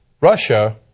Russia